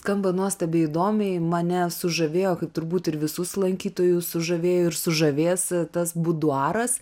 skamba nuostabiai įdomiai mane sužavėjo kaip turbūt ir visus lankytojus sužavėjo ir sužavės tas buduaras